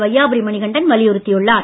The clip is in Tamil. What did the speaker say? வையாபுரி மணிகண்டன் வலியுறுத்தியுள்ளார்